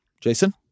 Jason